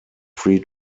free